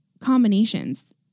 combinations